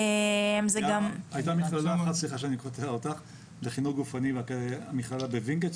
הייתה מכללה אחת לחינוך גופני בווינגייט,